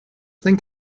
think